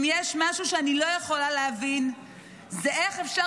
אם יש משהו שאני לא יכולה להבין זה איך אפשר